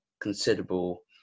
considerable